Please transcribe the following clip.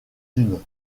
dunes